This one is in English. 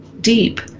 deep